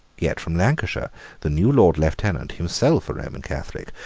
yet from lancashire the new lord lieutenant, himself a roman catholic,